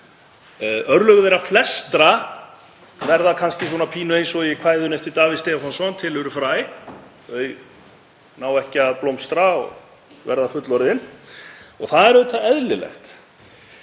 flokka. Örlög þeirra flestra verða kannski svolítið eins og í kvæðinu eftir Davíð Stefánsson Til eru fræ, þau ná ekki að blómstra og verða fullorðin. Og það er auðvitað eðlilegt.